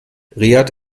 riad